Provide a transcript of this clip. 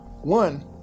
One